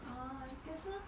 orh 可是